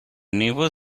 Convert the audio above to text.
never